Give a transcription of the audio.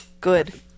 good